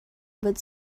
but